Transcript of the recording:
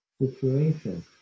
situation